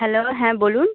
hello হ্যাঁ বলুন